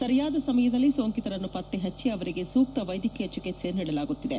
ಸರಿಯಾದ ಸಮಯದಲ್ಲಿ ಸೋಂಕಿತರನ್ನು ಪತ್ತೆಹಚ್ಚಿ ಅವರಿಗೆ ಸೂಕ್ತ ವೈದ್ವಕೀಯ ಚಿಕಿತ್ಸೆ ನೀಡಲಾಗುತ್ತಿದೆ